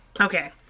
Okay